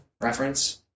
reference